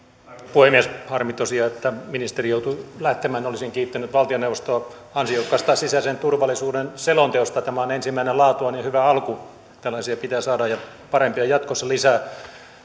puhemies harmi tosiaan että ministeri joutui lähtemään olisin kiittänyt valtioneuvostoa ansiokkaasta sisäisen turvallisuuden selonteosta tämä on ensimmäinen laatuaan ja hyvä alku tällaisia pitää saada ja parempia jatkossa lisää